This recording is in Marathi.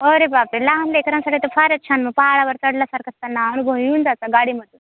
अरे बापरे लहान लेकरांसाठी तर फारच छान मग पहाडावर चढल्यासारखाच त्यांना अनुभव येऊन जातो गाडीमध्ये